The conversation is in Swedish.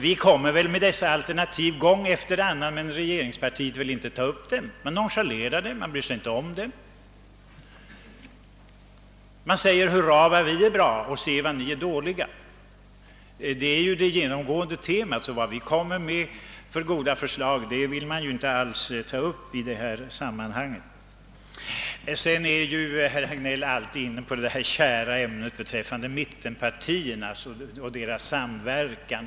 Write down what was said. Vi har ju gång efter annan fört fram sådana alternativ, men regeringspartiet har nonchalerat dem och vill inte ta upp dem. Man säger i stället: Hurra vad vi är bra, och se vad ni är dåliga! Det är det genomgående temat. Hur goda förslag vi än lägger fram, vill man inte ta upp dem. Herr Hagnell kom som alltid in på det kära ämnet om mittenpartierna och deras samverkan.